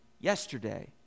yesterday